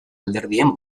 alderdien